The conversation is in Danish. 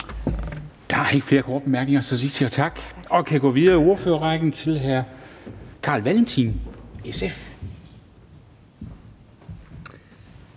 Der er ikke flere korte bemærkninger, så vi siger tak og kan gå videre i ordførerrækken til hr. Carl Valentin, SF.